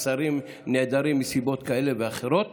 יש שרים שנעדרים מסיבות כאלה ואחרות